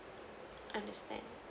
understand